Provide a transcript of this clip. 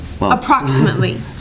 Approximately